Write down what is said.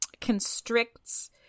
constricts